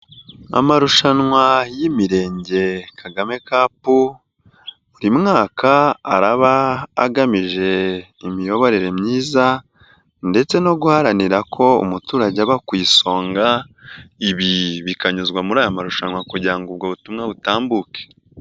Amarushanwa y'Imirenge Kagame kapu, buri mwaka araba agamije imiyoborere myiza ndetse no guharanira ko umuturage aba ku isonga, ibi bikanyuzwa muri aya marushanwa kugira ngo ubwo butumwa butambuke.